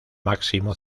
máximo